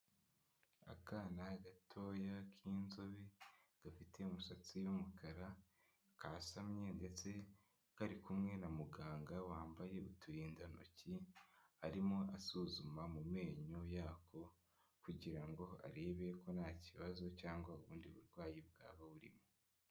Akana gatoya k'inzobe, gafite umusatsi w'mukara kasamye ndetse kari kumwe na muganga wambaye uturindantoki, arimo asuzuma mu menyo yako kugira ngo arebe ko nta kibazo cyangwa ubundi burwayi bwaba burimo.